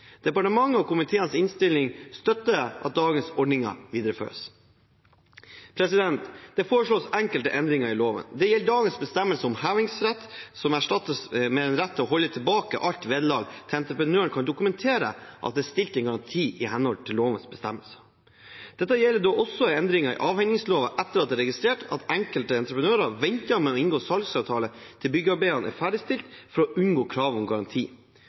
Departementet og komiteens innstilling støtter at dagens ordninger videreføres. Det foreslås enkelte endringer i loven. Det gjelder dagens bestemmelser om hevingsrett, som erstattes med rett til å holde tilbake alt vederlag til entreprenøren kan dokumentere at det er stilt garanti i henhold til lovens bestemmelser. Det gjelder også endringer i avhendingslova, etter at det er registrert at enkelte entreprenører venter med å inngå salgsavtale til byggearbeidene er ferdigstilt, for å unngå kravet om garanti.